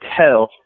tell